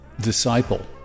disciple